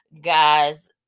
guys